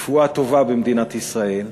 רפואה טובה במדינת ישראל.